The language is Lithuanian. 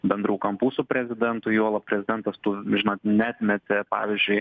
bendrų kampų su prezidentu juolab prezidentas tų žinot neatmetė pavyzdžiui